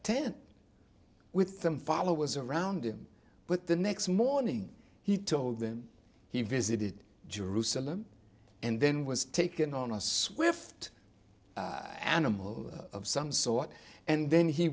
tent with them followers around him but the next morning he told them he visited jerusalem and then was taken on a swift animal of some sort and then he